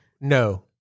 No